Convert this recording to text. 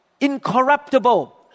incorruptible